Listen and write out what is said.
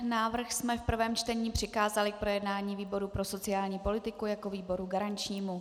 Návrh jsme v prvém čtení přikázali k projednání výboru pro sociální politiku jako výboru garančnímu.